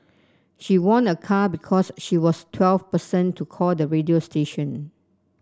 she won a car because she was the twelfth person to call the radio station